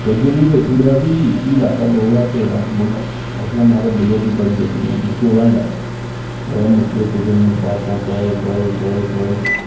feature बी बेची ओड़ेआ ते फ्ही लैता बुल्लट उसलै बुल्लट दी बड़ी वेटिंग होंदी ही चौदां च लैता बड़े मुश्किलें कुसै दी सिफारशां कराई कराई